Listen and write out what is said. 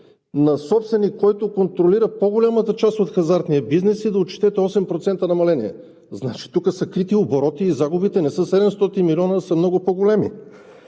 на собственик, който контролира по-голямата част от хазартния бизнес, и да отчетете 8% намаление. Значи тук са крити обороти и загубите не са 700 млн. лв., а са много по-големи.